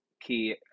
key